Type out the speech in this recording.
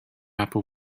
upper